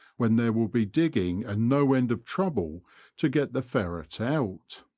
when there will be digging and no end of trouble to get the ferret out.